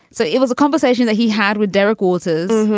so it was a conversation that he had with derek waters.